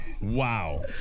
Wow